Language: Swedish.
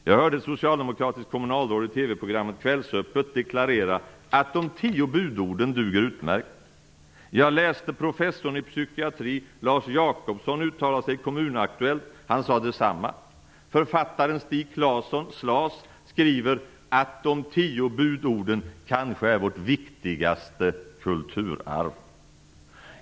Jag hörde ett socialdemokratiskt kommunalråd i TV-programmet Kvällsöppet deklarera att de tio budorden duger utmärkt. Professorn i psykiatri, Lars Jacobsson uttalade sig nyligen i Kommun Aktuellt. Han sade detsamma. Författaren Stig Claesson, Slas, skriver att de tio budorden kanske är vårt viktigaste kulturarv.